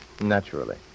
Naturally